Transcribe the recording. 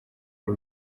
uru